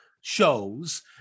shows